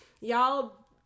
y'all